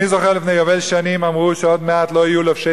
אני זוכר שלפני יובל שנים אמרו שעוד מעט לא יהיו לובשי